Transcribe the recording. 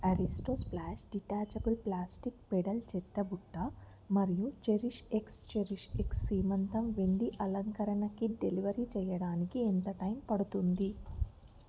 Aristo splash detachable plastic pedal చెత్తబుట్ట మరియు cherish X cherish X సీమంతం వెండి అలంకరణ కిట్ డెలివరి చేయడానికి ఎంత టైం పడుతుంది